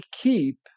keep